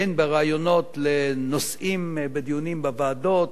הן ברעיונות לנושאים בדיונים בוועדות,